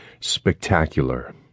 Spectacular